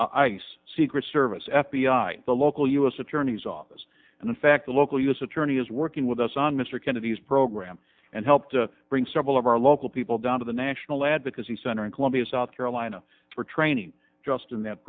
f ice secret service f b i the local u s attorney's office and in fact the local u s attorney is working with us on mr kennedy's program and help to bring several of our local people down to the national advocacy center in columbia south carolina for training just in that